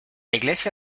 iglesia